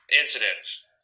incidents